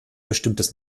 bestimmtes